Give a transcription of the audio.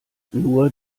nur